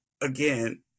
again